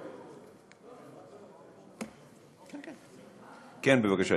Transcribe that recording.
כן, בבקשה.